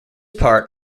part